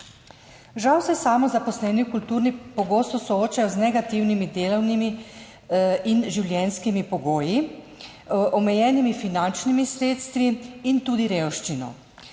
Žal se samozaposleni v kulturi pogosto soočajo z negativnimi delovnimi in življenjskimi pogoji, omejenimi finančnimi sredstvi in tudi revščino.